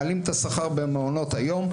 מעלים את השכר במעונות היום,